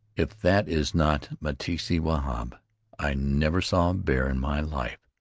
if that is not meteetsee wahb, i never saw a bear in my life!